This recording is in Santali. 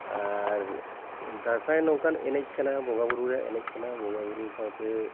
ᱟᱨ ᱫᱟᱸᱥᱟᱭ ᱱᱚᱝᱠᱟᱱ ᱮᱱᱮᱡ ᱠᱟᱱᱟ ᱵᱚᱸᱜᱟ ᱵᱩᱨᱩ ᱨᱮ ᱮᱱᱮᱡ ᱠᱟᱱᱟ ᱵᱚᱸᱜᱟ ᱵᱩᱨᱩ ᱥᱟᱶᱛᱮ